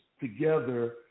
together